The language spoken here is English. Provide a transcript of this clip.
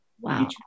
Wow